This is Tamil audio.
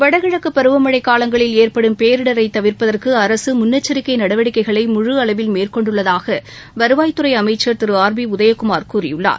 வடகிழக்குப் பருவமழை காலங்களில் ஏற்படும் பேரிடரை தவிர்ப்பதற்கு அரசு முன்னெச்சரிக்கை நடவடிக்கைகளை முழு அளவில் மேற்கொண்டுள்ளதாக வருவாய்த் துறை அமைச்சர் திரு ஆர் பி உதயகுமார் கூறியுள்ளார்